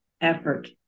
effort